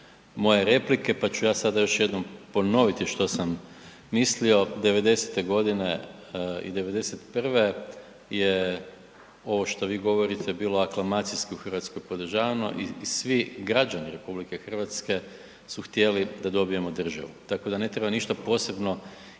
moje replike pa ću sada još jednom ponoviti što sam mislio. '90. g. i '91. je ovo to vi govorite bilo aklamacijski u Hrvatskoj podržavano i svi građani RH su htjeli da dobijemo državu tako da ne treba ništa posebno